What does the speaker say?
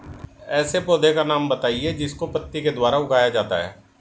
ऐसे पौधे का नाम बताइए जिसको पत्ती के द्वारा उगाया जाता है